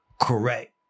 correct